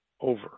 over